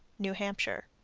new hampshire.